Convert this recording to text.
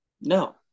No